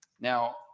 Now